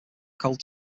cold